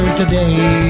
today